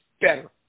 better